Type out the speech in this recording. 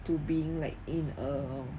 to being in like uh